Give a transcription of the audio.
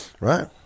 Right